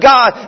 God